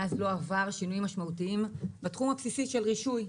מאז הוא לא עבר שינויים משמעותיים בתחום הבסיסי של רישוי.